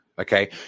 Okay